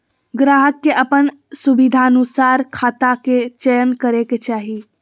ग्राहक के अपन सुविधानुसार खाता के चयन करे के चाही